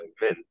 men